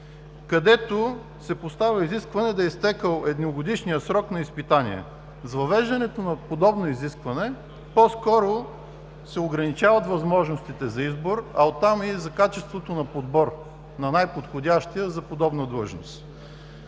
където се поставя изискване да е изтекъл едногодишният срок на изпитание. С въвеждането на подобно изискване по-скоро се ограничават възможностите за избор, а оттам и за качеството на подбор на най-подходящия за подобна длъжност.